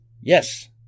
Yes